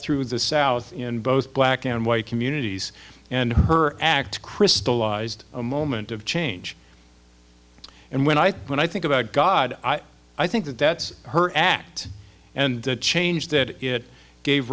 through the south in both black and white communities and her act crystallized a moment of change and when i when i think about god i think that that's her act and the change that it gave